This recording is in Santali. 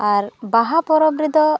ᱟᱨ ᱵᱟᱦᱟ ᱯᱚᱨᱚᱵᱽ ᱨᱮᱫᱚ